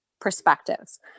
perspectives